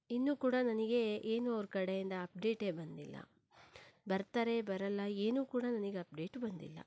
ಇನ್ನೂ ಕೂಡ ನನಗೇ ಏನೂ ಅವ್ರ ಕಡೆಯಿಂದ ಅಪ್ಡೇಟೆ ಬಂದಿಲ್ಲ ಬರ್ತಾರೆ ಬರೋಲ್ಲ ಏನು ಕೂಡ ನನಗ್ ಅಪ್ಡೇಟ್ ಬಂದಿಲ್ಲ